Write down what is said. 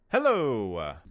Hello